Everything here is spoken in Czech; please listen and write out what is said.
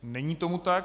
Není tomu tak.